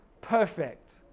perfect